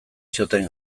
zioten